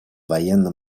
военно